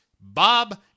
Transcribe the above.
Bob